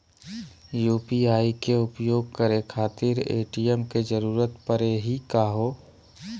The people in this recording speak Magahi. यू.पी.आई के उपयोग करे खातीर ए.टी.एम के जरुरत परेही का हो?